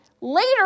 later